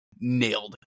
nailed